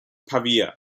pavia